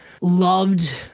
loved